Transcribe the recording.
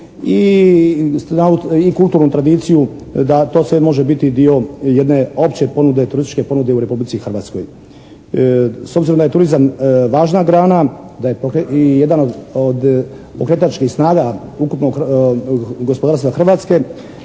i kulturnu tradiciju da to sve može biti dio jedne opće ponude, turističke ponude u Republici Hrvatskoj. S obzirom da je turizam važna grana i jedan od pokretačkih snaga ukupnog gospodarstva Hrvatske.